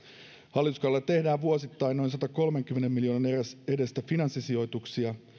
hallituskaudella tehdään vuosittain noin sadankolmenkymmenen miljoonan edestä finanssisijoituksia